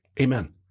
amen